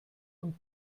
und